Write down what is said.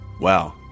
wow